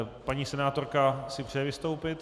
Paní senátorka si přeje vystoupit?